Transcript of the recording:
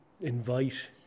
invite